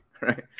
right